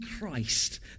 Christ